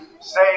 say